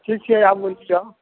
ठीक छै आबै छिअ